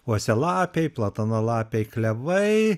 uosialapiai platanalapiai klevai